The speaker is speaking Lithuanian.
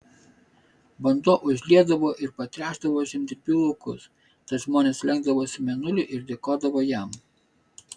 vanduo užliedavo ir patręšdavo žemdirbių laukus tad žmonės lenkdavosi mėnuliui ir dėkodavo jam